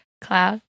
Cloud